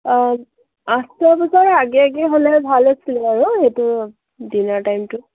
অঁ আঠটা বজাৰ আগে আগে হ'লে ভাল আছিল আৰু এইটো ডিনাৰ টাইমটো